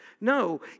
No